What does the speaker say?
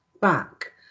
back